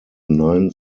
nine